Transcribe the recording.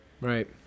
right